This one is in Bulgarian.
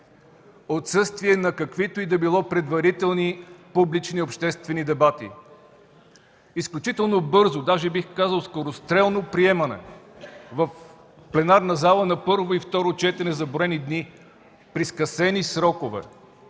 отсъствие на каквито и да било предварителни публични и обществени дебати; изключително бързо, даже бих казал скорострелно приемане в пленарната зала между първо и второ четене за броени дни при скъсени срокове,